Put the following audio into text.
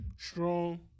Strong